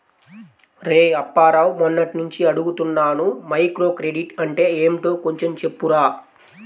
రేయ్ అప్పారావు, మొన్నట్నుంచి అడుగుతున్నాను మైక్రోక్రెడిట్ అంటే ఏంటో కొంచెం చెప్పురా